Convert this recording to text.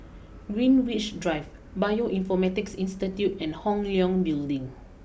Greenwich Drive Bioinformatics Institute and Hong Leong Building